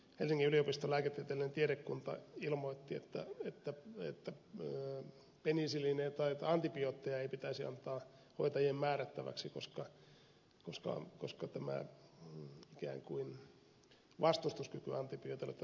helsingin yliopiston lääketieteellinen tiedekunta ilmoitti että penisilliinejä tai antibiootteja ei pitäisi antaa hoitajien määrättäväksi koska ikään kuin vastustuskyky antibiooteille tätä kautta lisääntyy